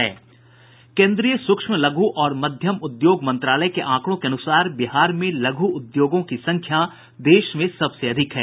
केंद्रीय सूक्ष्म लघु और मध्यम उद्योग मंत्रालय के आंकड़ों के अनुसार बिहार में लघु उद्योगों की संख्या देश में सबसे अधिक है